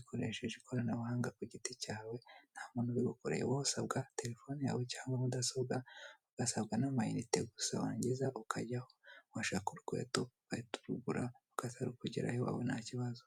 ukoresheje ikoranabuhanga ku giti cyawe, ntamuntu ubiugukoreye wowe urasabwa telefone yawe cyangwa mudasobwa ugasabwa n'amayinite warangiza ukajyaho. Washaka urukweto ugahita urugura, rukaza kukugeraho iwawe ntakibazo.